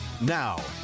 Now